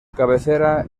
cabecera